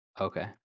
Okay